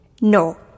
No